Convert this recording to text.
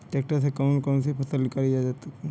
Tractor से कौन कौनसी फसल निकाली जा सकती हैं?